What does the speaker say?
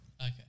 Okay